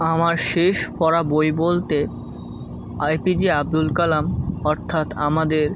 আমার শেষ পড়া বই বলতে এপিজি আব্দুল কালাম অর্থাৎ আমাদের